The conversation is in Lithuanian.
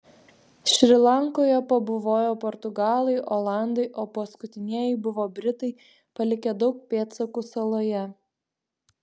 šri lankoje pabuvojo portugalai olandai o paskutinieji buvo britai palikę daug pėdsakų saloje